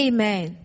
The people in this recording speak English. Amen